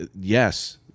yes